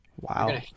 wow